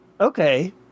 Okay